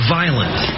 violent